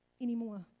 anymore